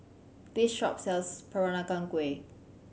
this shop sells Peranakan Kueh